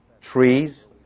trees